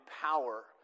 power